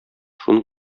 шуның